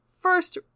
first